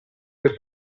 per